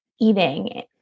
eating